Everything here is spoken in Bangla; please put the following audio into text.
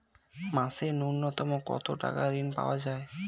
মাসে নূন্যতম কত টাকা ঋণ পাওয়া য়ায়?